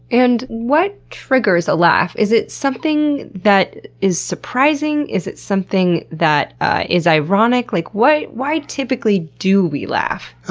and what triggers a laugh? is it something that is surprising? is it something that ah is ironic? like why why typically do we laugh?